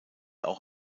auch